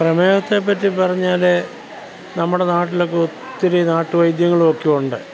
പ്രമേഹത്തെപ്പറ്റി പറഞ്ഞാൽ നമ്മുടെ നാട്ടിലൊക്കെ ഒത്തിരി നാട്ടു വൈദ്യങ്ങളൊക്കെ ഉണ്ട്